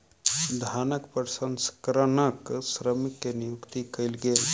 धानक प्रसंस्करणक श्रमिक के नियुक्ति कयल गेल